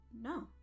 no